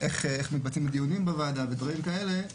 ואיך מתבצעים הדיונים בוועדה, ודברים מסוג זה,